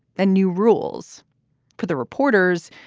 the new rules for the reporters.